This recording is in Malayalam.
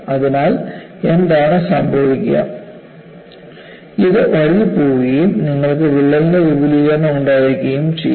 അതിനാൽ എന്താണ് സംഭവിക്കുക ഇത് വഴുതിപ്പോകുകയും നിങ്ങൾക്ക് വിള്ളലിന്റെ വിപുലീകരണം ഉണ്ടായിരിക്കുകയും ചെയ്യും